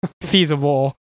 feasible